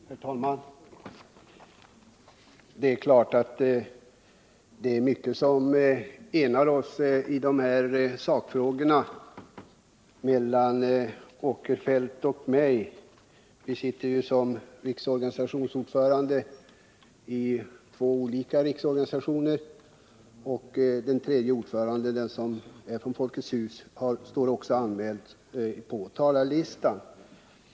Herr talman! Det är klart att det finns mycket som enar Sven Eric Åkerfeldt och mig i de här sakfrågorna, eftersom vi sitter som ordförande i två olika riksorganisationer. Den tredje ordföranden — för Folkets husföreningarna — står också på talarlistan.